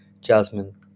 Jasmine